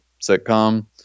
sitcom